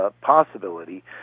possibility